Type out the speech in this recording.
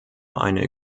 eine